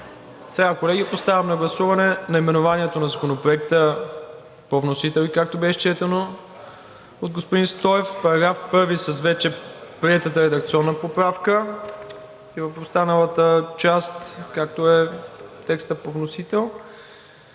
Сега, колеги, поставям на гласуване наименованието на Законопроекта по вносител, както беше изчетено от господин Стоев, § 1 с вече приетата редакционна поправка и в останалата част, както е текстът по вносител,